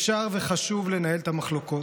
אפשר וחשוב לנהל את המחלוקות,